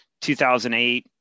2008